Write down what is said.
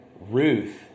Ruth